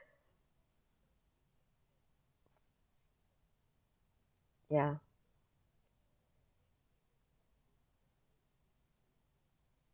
ya